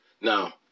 Now